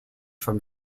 from